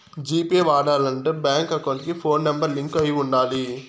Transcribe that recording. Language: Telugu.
జీ పే వాడాలంటే బ్యాంక్ అకౌంట్ కి ఫోన్ నెంబర్ లింక్ అయి ఉండాలి